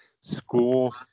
school